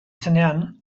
zenean